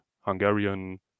Hungarian